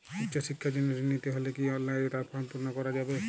উচ্চশিক্ষার জন্য ঋণ নিতে হলে কি অনলাইনে তার ফর্ম পূরণ করা যাবে?